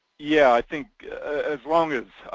yeah i think as long as,